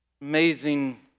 Amazing